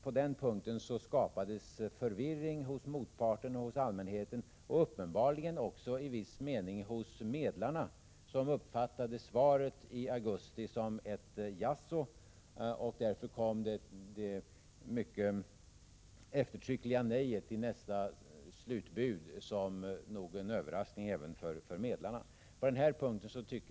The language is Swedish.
På den punkten skapades förvirring hos motparten och hos allmänheten och uppenbarligen också i viss mån hos medlarna, som uppfattade svaret i augusti som ett ”jaså”. Därför kom nog arbetsgivarpartens eftertryckliga ”nej” i nästa slutbud som en överraskning även för medlarna. Bengt K.